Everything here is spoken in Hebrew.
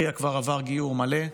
אחיה כבר עבר גיור מלא,